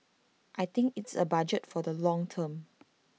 I think it's A budget for the long term